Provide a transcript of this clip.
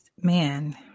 man